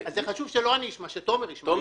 חשוב שלא אני אשמע אלא שתומר ישמע.